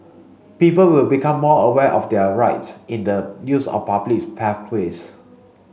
people will become more aware of their rights in the use of public pathways